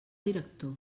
director